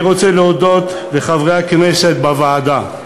אני רוצה להודות לחברי הכנסת בוועדה,